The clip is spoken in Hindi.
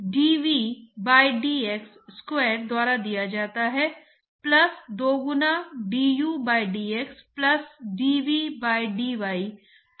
तो लामिना का प्रवाह अनिवार्य रूप से एक सुव्यवस्थित प्रवाह है जबकि टर्बूलेंट शासन में द्रव कणों का जोरदार मिश्रण होता है